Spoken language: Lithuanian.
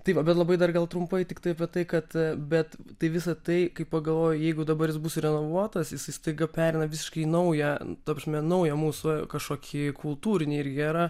tai va bet labai dar gal trumpai tiktai apie tai kad bet tai visą tai kai pagalvoji jeigu dabar jis bus renovuotas jisai staiga perina į visiškai naują ta prasme naują mūsų kažkokį kultūrinį irgi erą